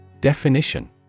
Definition